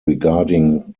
regarding